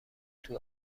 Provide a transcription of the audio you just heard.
توی